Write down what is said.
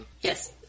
Yes